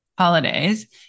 holidays